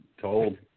Told